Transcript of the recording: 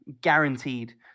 guaranteed